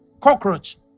cockroach